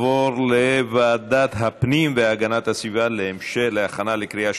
לוועדת הפנים והגנת הסביבה נתקבלה.